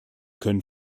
können